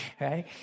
Right